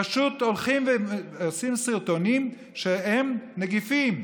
פשוט הולכים ועושים סרטונים שהם נגיפים.